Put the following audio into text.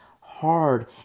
hard